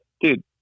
dude